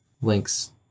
links